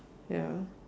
ya